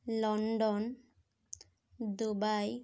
London Dubai